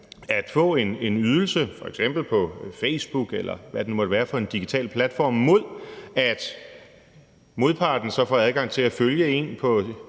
at få en ydelse, f.eks. på Facebook, eller hvad det nu måtte være for en digital platform, mod, at modparten så får adgang til at følge en på